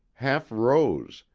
half rose,